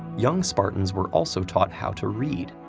young spartans were also taught how to read,